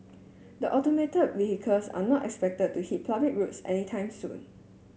the automated vehicles are not expected to hit public roads anytime soon